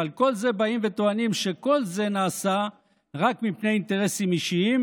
ועל כל זה טוענים שכל זה נעשה רק מפני אינטרסים אישיים,